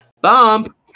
Bump